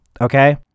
okay